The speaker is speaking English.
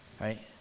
right